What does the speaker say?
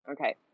Okay